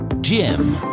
Jim